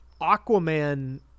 aquaman